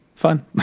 fun